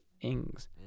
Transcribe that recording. Ings